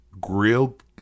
grilled